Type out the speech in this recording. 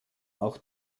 auch